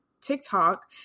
TikTok